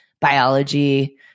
biology